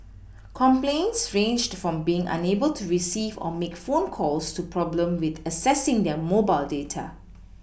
complaints ranged from being unable to receive or make phone calls to problems with accessing their mobile data